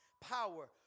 power